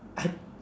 I